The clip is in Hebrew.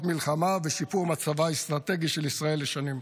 מלחמה ושיפור מצבה האסטרטגי של ישראל לשנים.